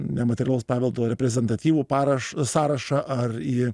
nematerialaus paveldo reprezentatyvų paraš sąrašą ar į